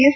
S